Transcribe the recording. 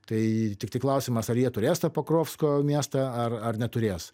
tai tik klausimas ar jie turės tą pakrovsko miestą ar neturės